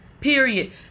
Period